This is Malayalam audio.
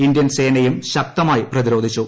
ഇന്ത്യൻ സേനയും ശ്രക്ത്മായി പ്രതിരോധിച്ചു